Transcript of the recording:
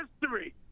history